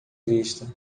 vista